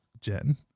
jen